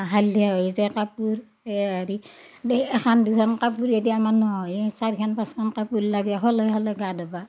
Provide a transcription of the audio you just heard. হালধীয়া হৈ যায় কাপোৰ হেৰি সেই এখান দুখান কাপোৰেদি আমাৰ নহয়েই চাৰখান পাঁচখান কাপোৰ লাগেই সলেই সলেই গা ধুবা